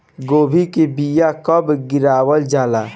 गोभी के बीया कब गिरावल जाला?